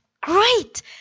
Great